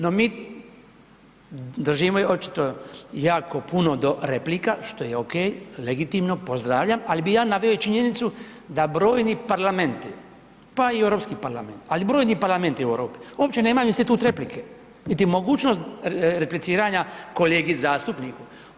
No, mi držimo očito jako puno do replika, što je okej, legitimno, pozdravljam, ali bih ja naveo i činjenicu da brojni parlamenti, pa i europski parlamenti, ali brojni parlamenti u Europi, uopće nemaju institut replike niti mogućnost repliciranja kolegi zastupniku.